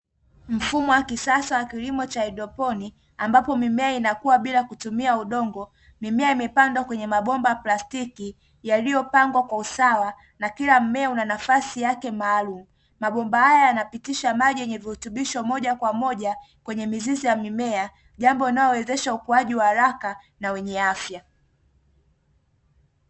Mfumo wa kisasa wa kilimo cha haidroponi ambapo mimea inakua bila kutumia udongo. Mimea imepangwa katika mabomba ya plastiki yaliyopangwa kwa usawa na kila mea una nafasi yake maalumu. Mabomba haya yanapitisha maji na virutubisho moja kwa moja kwenye mizizi ya mimea jambo linalowezesha ukuaji wa haraka na wenye afya.